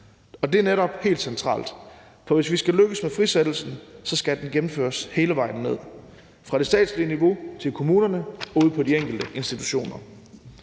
og det er netop helt centralt. For hvis vi skal lykkes med frisættelsen, skal den gennemføres hele vejen ned, fra det statslige niveau til kommunerne ude på de enkelte institutioner.